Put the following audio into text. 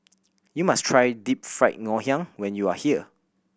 you must try Deep Fried Ngoh Hiang when you are here